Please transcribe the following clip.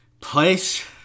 place